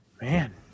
Man